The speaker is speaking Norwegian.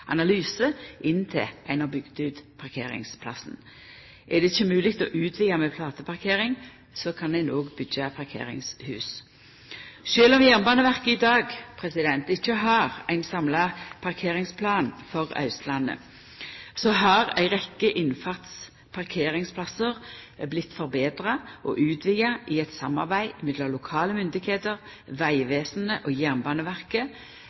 analyse, inntil ein har bygd ut parkeringsplassen. Er det ikkje mogleg å utvida med flateparkering, kan ein òg byggja parkeringshus. Sjølv om Jernbaneverket i dag ikkje har ein samla parkeringsplan for Austlandet, har ei rekkje innfartsparkeringsplassar vorte forbetra og utvida i eit samarbeid mellom lokale myndigheiter, Vegvesenet og Jernbaneverket.